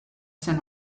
zen